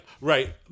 right